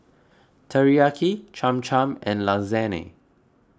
Teriyaki Cham Cham and Lasagne